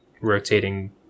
rotating